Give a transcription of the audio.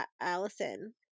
Allison